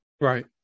Right